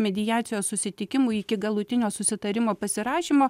mediacijos susitikimų iki galutinio susitarimo pasirašymo